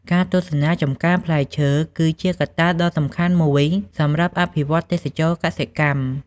ការទស្សនាចម្ការផ្លែឈើគឺជាកត្តាដ៏សំខាន់មួយសម្រាប់អភិវឌ្ឍន៍ទេសចរណ៍កសិកម្ម។